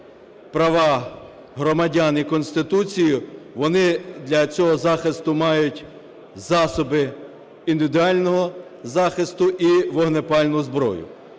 права громадян і Конституцію, вони для цього захисту мають засоби індивідуального захисту і вогнепальну зброю.